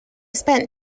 spent